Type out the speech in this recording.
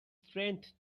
strength